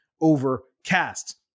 Overcast